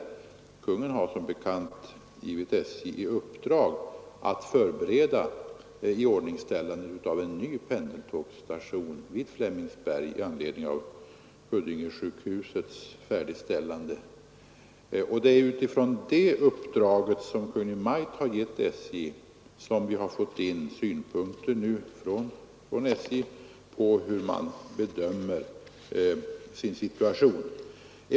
Kungl. Maj:t har som bekant givit SJ i uppdrag att förbereda iordningställandet av en ny pendeltågsstation i Flemingsberg i anledning av Huddingesjukhusets färdigställande. Det är utifrån detta Kungl. Maj:ts uppdrag till SJ som man nu har fått in uppgifter om hur SJ bedömer situationen.